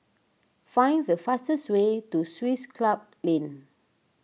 find the fastest way to Swiss Club Lane